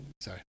Sorry